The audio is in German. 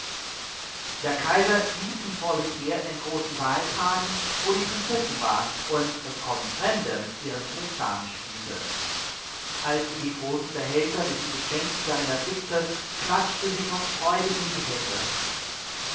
der kaiser ließ sie vor sich her in den großen saal tragen wo die prinzessin war und es kommen fremde mit ihren hofdamen spielte als sie die großen behälter mit den geschenken darin erblickte klatschte sie vor freude in die hände